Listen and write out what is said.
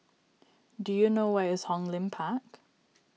do you know where is Hong Lim Park